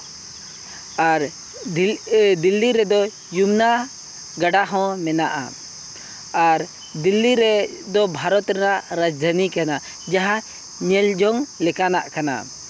ᱟᱨ ᱫᱤᱞᱞᱤ ᱨᱮᱫᱚ ᱡᱚᱢᱩᱱᱟ ᱜᱟᱰᱟ ᱦᱚᱸ ᱢᱮᱱᱟᱜᱼᱟ ᱟᱨ ᱫᱤᱞᱞᱤ ᱨᱮ ᱫᱚ ᱵᱷᱟᱨᱚᱛ ᱨᱮᱱᱟᱜ ᱨᱟᱡᱽᱫᱷᱟᱹᱱᱤ ᱠᱟᱱᱟ ᱡᱟᱦᱟᱸ ᱧᱮᱞ ᱡᱚᱝ ᱞᱮᱠᱟᱱᱟᱜ ᱠᱟᱱᱟ ᱟᱨ